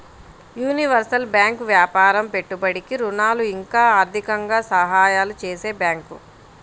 universal bank వ్యాపారం పెట్టుబడికి ఋణాలు ఇంకా ఆర్థికంగా సహాయాలు చేసే బ్యాంకు